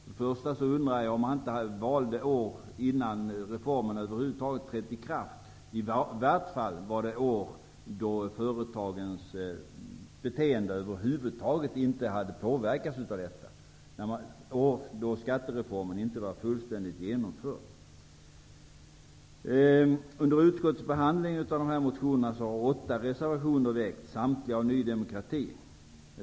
Men först och främst undrar jag om han inte valde år då reformen över huvud taget inte hade trätt i kraft. I varje fall gäller det år då företagens beteende över huvud taget inte hade påverkats av detta, dvs. år då skattereformen inte var fullständigt genomförd. Under utskottets behandling av motionerna har åtta reservationer framställts -- samtliga från Ny demokrati.